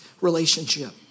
relationship